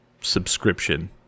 subscription